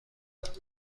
داد